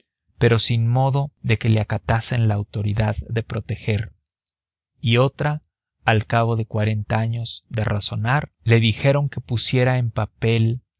pero sin modo de que le acatasen la autoridad de proteger y otra al cabo de cuarenta años de razonar le dijeron que pusiera en papel